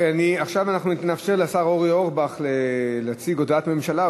עכשיו אנחנו נאפשר לשר אורי אורבך להציג הודעת ממשלה,